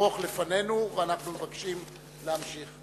ארוך לפנינו ואנחנו מבקשים להמשיך.